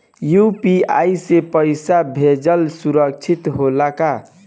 UPI से पैसा भेजल सुरक्षित होला का?